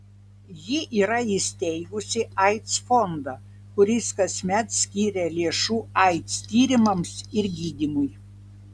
ji yra įsteigusi aids fondą kuris kasmet skiria lėšų aids tyrimams ir gydymui